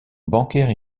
bancaire